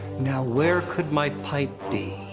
now where could my pipe be?